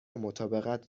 مطابقت